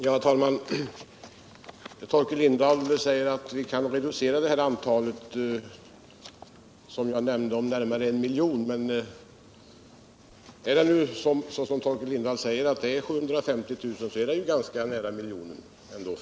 Herr talman! Torkel Lindahl säger att vi kan reducera det antal som jag nämnde. Jag sade att det finns närmare en miljon fritidsbåtar. Är det riktigt som Torkel Lindahl säger att det finns 750 000 så är det ju ändå ganska nära en miljon.